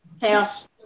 house